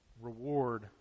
Reward